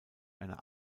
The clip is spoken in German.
einer